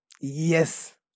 Yes